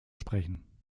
sprechen